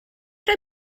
roi